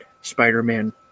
Spider-Man